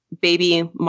baby